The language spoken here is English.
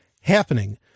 happening